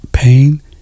Pain